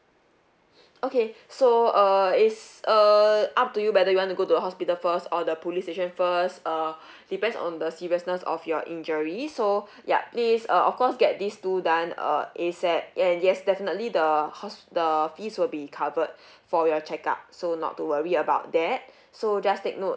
okay so err is err up to you whether you want to go to hospital first or the police station first uh depends on the seriousness of your injuries so yup please uh of course get these two done uh ASAP and yes definitely the hos~ the fees will be covered for your check up so not to worry about that so just take note